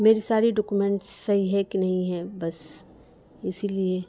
میری ساری ڈاکومنٹس صحیح ہے کہ نہیں ہے بس اسی لیے